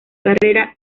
carrera